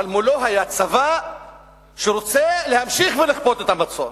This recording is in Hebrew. אבל מולו היה צבא שרוצה להמשיך ולכפות את המצור.